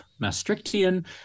Maastrichtian